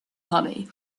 honey